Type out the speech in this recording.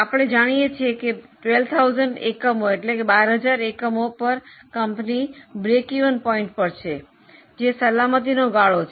આપણે જાણીએ છીએ કે 12000 એકમો પર કંપની સમતૂર બિંદુ પર છે જે સલામતી નો ગાળો છે